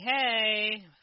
hey